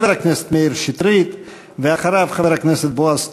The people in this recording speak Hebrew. חבר הכנסת מאיר שטרית, ואחריו, חבר הכנסת בועז,